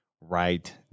right